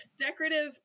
Decorative